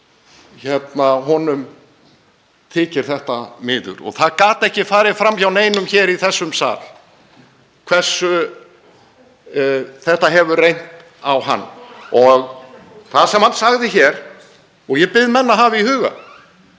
miður honum þykir þetta og það gat ekki farið fram hjá neinum hér í þessum sal hversu mikið þetta hefur reynt á hann. Það sem hann sagði hér og ég bið menn að hafa í huga